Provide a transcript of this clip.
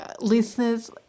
listeners